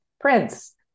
Prince